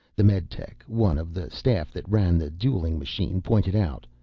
the meditech, one of the staff that ran the dueling machine, pointed out,